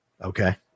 Okay